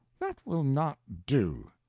that will not do.